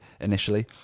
initially